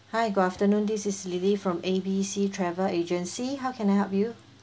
hi good afternoon this is lily from A B C travel agency how can I help you